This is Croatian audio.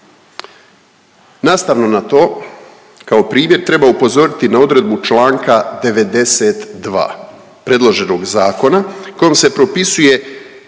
Nastavno na to kao primjer treba upozoriti na odredbu članka 92. predloženog zakona kojim se propisuje